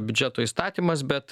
biudžeto įstatymas bet